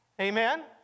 Amen